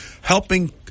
helping